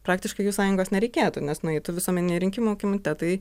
praktiškai jų sąjungos nereikėtų nes nueitų visuomeniniai rinkimų komitetai